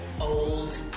old